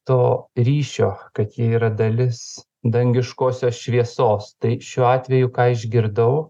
to ryšio kad jie yra dalis dangiškosios šviesos tai šiuo atveju ką išgirdau